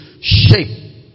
shape